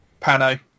Pano